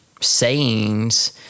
sayings